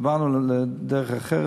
העברנו לדרך אחרת,